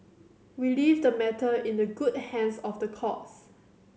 we leave the matter in the good hands of the courts